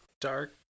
dark